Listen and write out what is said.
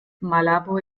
malabo